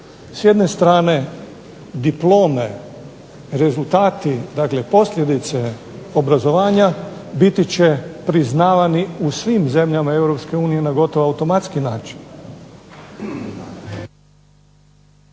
S jedne strane diplome, rezultati, dakle posljedice obrazovanja biti će priznavani u svim zemljama EU na gotovo automatski način.